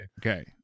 okay